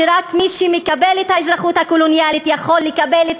רק מי שמקבל את האזרחות הקולוניאלית יכול לקבל את